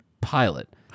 Pilot